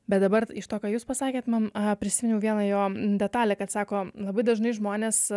bet dabar iš to ką jūs pasakėt man a prisiminiau vieną jo detalę kad sako labai dažnai žmonės